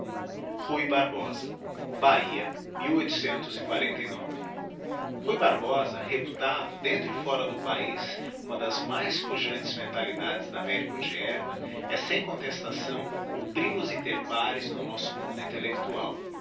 zedby google bahia de ruy barbosa reputado dentro e fora do paiz uma das mais pujantes mentalidades da america hodierna é sem contestação o primus inter pares no nosso mundo intellectual